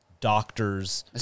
doctors